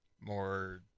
more